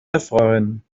erfreuen